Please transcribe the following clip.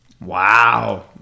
Wow